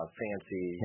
fancy